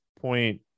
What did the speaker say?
point